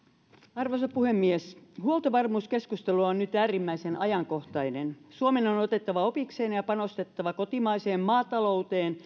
arvoisa puhemies huoltovarmuuskeskustelu on nyt äärimmäisen ajankohtainen suomen on on otettava opikseen ja ja panostettava kotimaiseen maatalouteen